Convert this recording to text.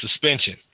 suspension